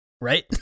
Right